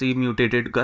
mutated